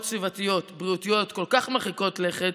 סביבתיות בריאותיות כל כך מרחיקות לכת